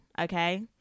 okay